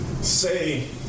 say